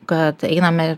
kad einame